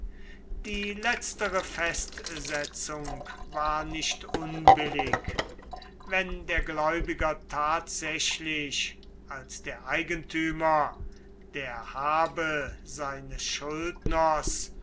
die letztere festsetzung war nicht unbillig wenn der gläubiger tatsächlich als der eigentümer der habe seines schuldners